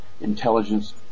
intelligence